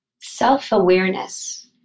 Self-awareness